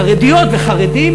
חרדיות וחרדים,